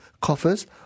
coffers